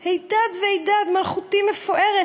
/ 'הידד והידד, מלכותי מפוארת.